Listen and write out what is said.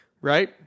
Right